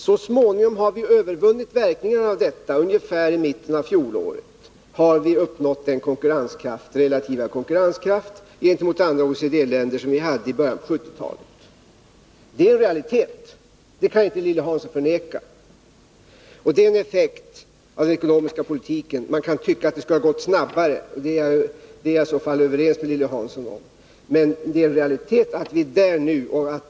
Så småningom har vi övervunnit verkningarna av detta, och ungefär i mitten av fjolåret hade vi uppnått den relativa konkurrenskraft gentemot andra OECD-länder som vi hade i början av 1970-talet. Detta är realitet. Det kan ju inte Lilly Hansson förneka. Det är en effekt av den ekonomiska politiken. Man kan tycka att det skulle ha gått snabbare — det är jag i så fall överens med Lilly Hansson om. Men det är ju en realitet att vi nu är där.